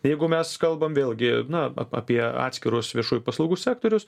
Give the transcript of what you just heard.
jeigu mes kalbam vėlgi na ap apie atskirus viešųjų paslaugų sektorius